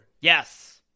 Yes